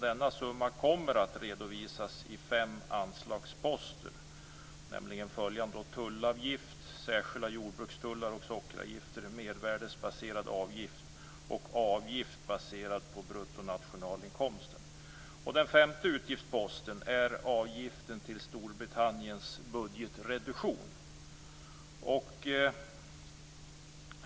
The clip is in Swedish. Denna summa kommer att redovisas i fem anslagsposter: Den femte utgiftsposten är avgiften till Storbritanniens budgetreduktion.